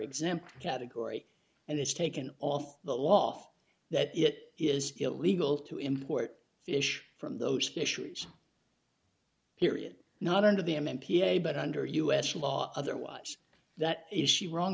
exempt category and is taken off the loft that it is illegal to import fish from those issues period not under the m m p a but under us law other watch that issue wrong